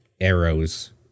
arrows